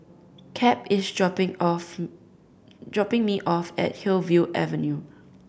Cap is dropping off dropping me off at Hillview Avenue